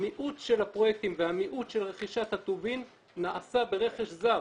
המיעוט של הפרויקטים והמיעוט של רכישת הטובין נעשה ברכש זר.